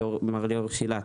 מר ליאור שילת,